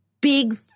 big